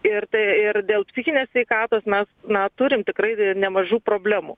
ir tai ir dėl psichinės sveikatos mes na turim tikrai nemažų problemų